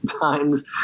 times